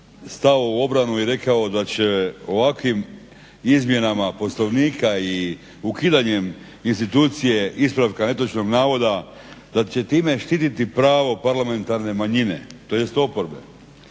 stao u obranu i rekao da će ovakvim izmjenama Poslovnika i ukidanjem institucije ispravka netočnog navoda, da će time štitit pravo parlamentarne manjine, tj. oporbe.